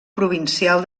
provincial